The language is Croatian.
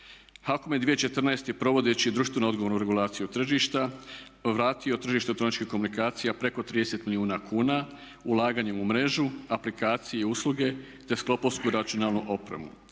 je 2014. provodeći društveno-odgovornu regulaciju tržišta vratio tržište elektroničkih komunikacija preko 30 milijuna kuna ulaganjem u mrežu, aplikacije i usluge, te …/Govornik se